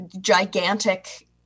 gigantic